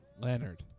Leonard